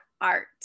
art